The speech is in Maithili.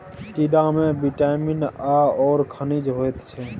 टिंडामे विटामिन आओर खनिज होइत छै